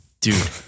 Dude